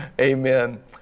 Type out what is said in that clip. Amen